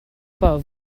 pas